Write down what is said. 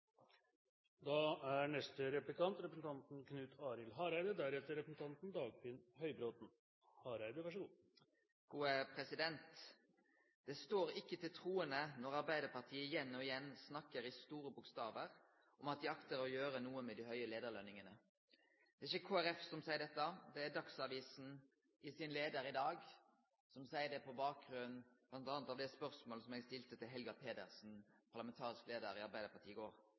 står ikke til troende når Arbeiderpartiet igjen og igjen og igjen snakker i store bokstaver om at de akter å gjøre noe med de høye lederlønningene». Det er ikkje Kristeleg Folkeparti som seier dette, det er Dagsavisen som seier det i sin leiar i dag, på bakgrunn av bl.a. det spørsmålet eg stilte Helga Pedersen, parlamentarisk leiar i Arbeidarpartiet, i går.